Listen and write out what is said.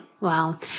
Wow